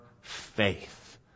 faith